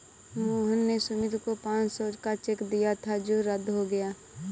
मोहन ने सुमित को पाँच सौ का चेक दिया था जो रद्द हो गया